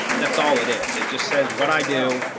that's all it is. it just says what i do.